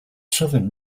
southern